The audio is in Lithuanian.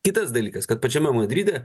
kitas dalykas kad pačiame madride